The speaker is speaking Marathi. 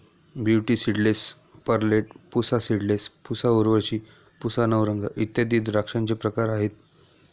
beauty seedless, Perlette, Pusa seedless, Pusa Urvashi, Pusa Navrang इत्यादी द्राक्षांचे प्रकार आहेत